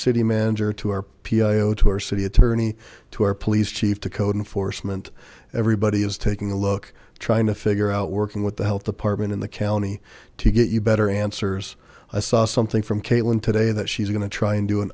city manager to r p o to our city attorney to our police chief to code enforcement everybody is taking a look trying to figure out working with the health department in the county to get you better answers i saw something from caitlin today that she's going to try and do an